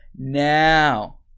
now